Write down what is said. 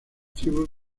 tribus